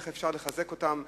איך אפשר לחזק אותם,